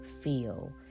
feel